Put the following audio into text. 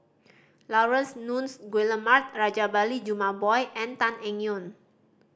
Laurence Nunns Guillemard Rajabali Jumabhoy and Tan Eng Yoon